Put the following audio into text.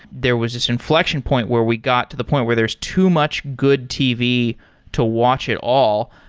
there was this inflection point where we got to the point where there's too much good tv to watch it all.